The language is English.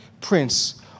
prince